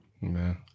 Man